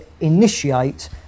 initiate